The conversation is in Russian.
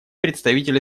представитель